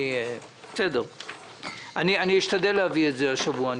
אני אשתדל להביא את זה השבוע.